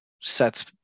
sets